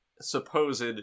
supposed